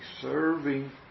serving